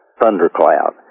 thundercloud